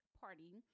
party